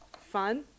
fun